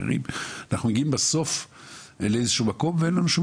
אנחנו מגיעים בסוף לאיזשהו מקום ואין לנו שום